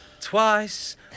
twice